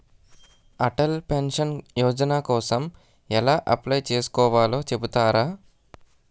Atal pension Yojana కోసం ఎలా apply చేసుకోవాలో చెపుతారా?